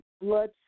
blood